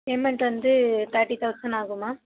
payment வந்து thirty thousand ஆகும்மா